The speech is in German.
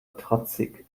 trotzig